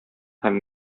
һәм